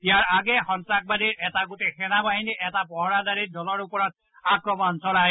ইয়াৰ আগে সন্ত্ৰসবাদী এটা গোটে সেনা বাহিনীৰ এটা পহৰাদাৰী দলৰ ওপৰত আক্ৰমণ চলায়